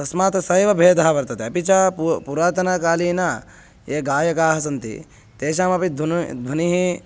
तस्मात् स एव भेदः वर्तते अपि च पू पुरातनकालीन ये गायकाः सन्ति तेषामपि द्वनू ध्वनिः